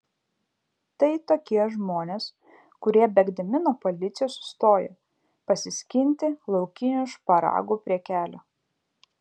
tai tokie žmonės kurie bėgdami nuo policijos sustoja pasiskinti laukinių šparagų prie kelio